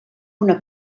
una